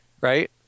Right